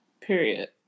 Period